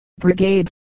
Brigade